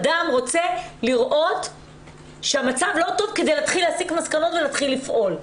אדם רוצה לראות שהמצב לא טוב כדי להתחיל להסיק מסקנות ולהתחיל לפעול.